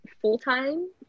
full-time